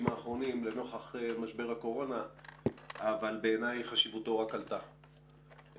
האחרונים לנוכח משבר הקורונה אבל בעיניי חשיבותו רק עלתה.